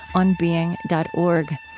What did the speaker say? onbeing dot org.